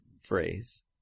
phrase